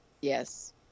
yes